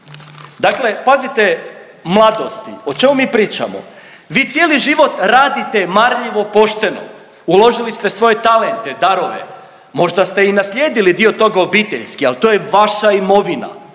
Dakle, pazite mladosti o čemu mi pričamo? Vi cijeli život radite marljivo pošteno, uložili ste svoje talente, darove, možda ste i naslijedili dio toga obiteljski, ali to je vaša imovina,